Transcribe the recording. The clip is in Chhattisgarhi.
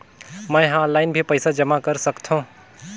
मैं ह ऑनलाइन भी पइसा जमा कर सकथौं?